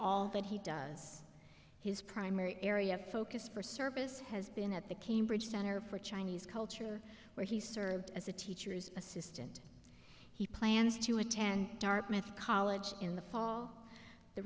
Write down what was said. all that he does his primary area of focus for service has been at the cambridge center for chinese culture where he served as a teacher's assistant he plans to attend dartmouth college in the fall the